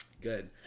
good